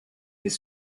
les